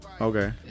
Okay